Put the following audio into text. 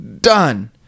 Done